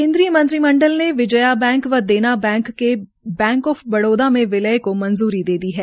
केन्द्रीय मंत्री मंडल ने विजया बैंक व देना बैंक के बैंक आफ बड़ौदा मे विलय को मंजूरी दे दी है